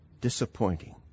Disappointing